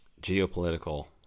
geopolitical